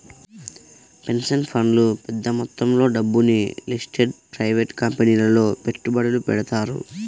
pension ఫండ్లు పెద్ద మొత్తంలో డబ్బును లిస్టెడ్ ప్రైవేట్ కంపెనీలలో పెట్టుబడులు పెడతారు